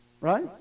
Right